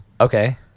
Okay